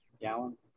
gallon